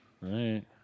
right